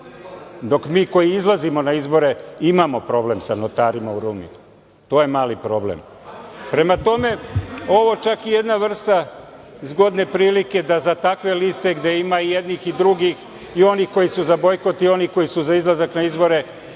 dok mi koji izlazimo na izbore imamo problem sa notarima u Rumi. To je mali problem. Prema tome, ovo je čak i jedna vrsta zgodne prilike da za takve liste gde ima i jednih i drugih, i onih koji su za bojkot i onih koji su za izlazak na izbore,